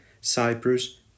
Cyprus